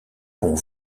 pont